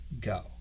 go